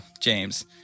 James